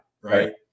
right